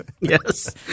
Yes